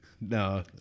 No